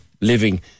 living